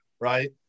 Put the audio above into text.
right